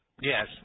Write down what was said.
Yes